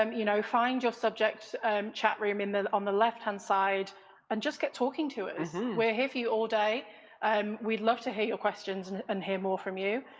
um you know, find your subject chat room and on the left hand side and get talking to us. we're here for you all day um we'd love to hear your questions and hear more from you.